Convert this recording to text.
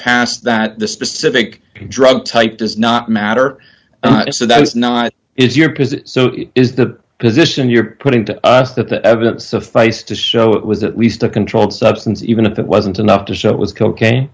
past that the specific drug type does not matter so that it's not if you're because it is the position you're putting to us that the evidence suffice to show it was at least a controlled substance even if it wasn't enough to show it was cocaine